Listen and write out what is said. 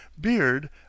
Beard